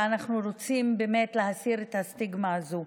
ואנחנו רוצים באמת להסיר את הסטיגמה הזאת,